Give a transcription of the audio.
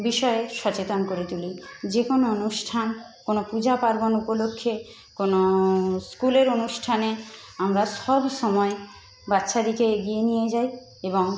বিষয়ে সচেতন করে তুলি যে কোনও অনুষ্ঠান কোনও পুজা পার্বণ উপলক্ষ্যে কোনও স্কুলের অনুষ্ঠানে আমরা সব সময় বাচ্চাদিগকে এগিয়ে নিয়ে যাই এবং